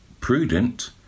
prudent